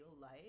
life